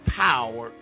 power